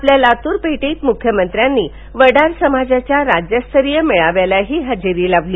आपल्या लातूर भेटीत मुख्यमंत्र्यांनी वडार समाजाच्या राज्यस्तरीय मेळाव्यालाही हजेरी लावली